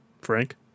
Frank